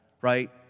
right